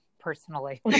personally